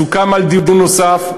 וסוכם על דיון נוסף.